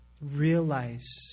realize